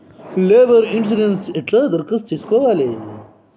Labour insurance ఎట్ల దరఖాస్తు చేసుకోవాలే?